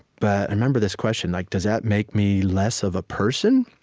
but i remember this question like does that make me less of a person?